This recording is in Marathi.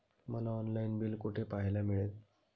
मला ऑनलाइन बिल कुठे पाहायला मिळेल?